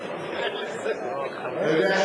אתה יודע,